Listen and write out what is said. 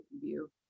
view